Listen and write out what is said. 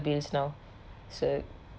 bills now so